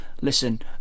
listen